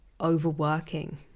overworking